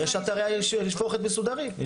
יש אתרי של פסולת מסודרים.